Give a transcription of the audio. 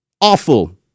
awful